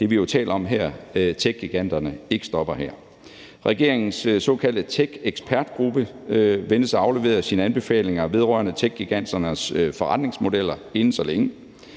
det, vi jo taler om her, nemlig techgiganterne, ikke stopper her. Regeringens såkaldte techekspertgruppe ventes at aflevere sine anbefalinger vedrørende techgiganternes forretningsmodeller inden så længe,